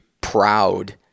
proud